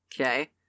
Okay